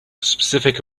specific